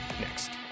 next